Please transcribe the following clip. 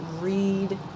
read